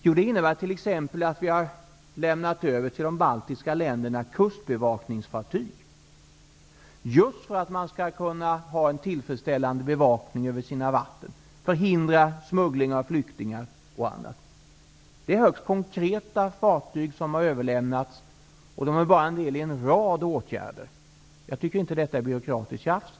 Jo, det innebär t.ex. att vi till de baltiska länderna har lämnat över kustbevakningsfartyg, just för att man skall kunna ha en tillfredsställande bevakning över sina vatten, förhindra smuggling av flyktingar och annat. Det är högst konkreta fartyg som har överlämnats. Detta är bara en av en rad åtgärder. Jag tycker inte att detta är byråkratiskt tjafs.